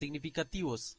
significativos